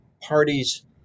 parties